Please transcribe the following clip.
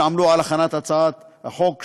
שעמלו על הכנת הצעת החוק.